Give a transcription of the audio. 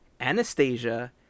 Anastasia